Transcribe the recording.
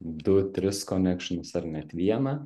du tris konekšinus ar net vieną